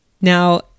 Now